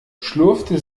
schlurfte